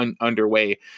underway